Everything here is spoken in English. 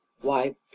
Why